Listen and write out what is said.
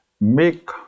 Make